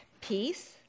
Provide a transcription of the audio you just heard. peace